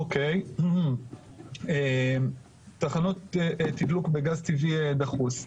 אוקיי, תחנות תדלוק בגז טבעי דחוס.